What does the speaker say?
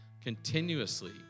continuously